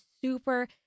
super